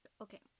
Okay